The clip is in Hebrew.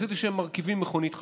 הם החליטו שהם מרכיבים מכונית חדשה.